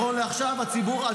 הציבור לא רוצה לראות אתכם.